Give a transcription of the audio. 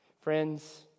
friends